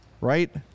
right